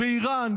באיראן,